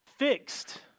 fixed